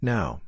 Now